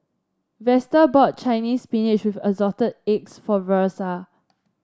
Vester bought Chinese Spinach with Assorted Eggs for Versa